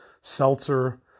seltzer